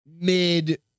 mid